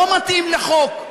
לא מתאים לחוק,